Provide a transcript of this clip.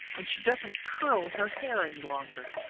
and she doesn't curl her hair any longer.